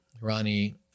Ronnie